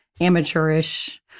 amateurish